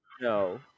No